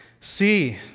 see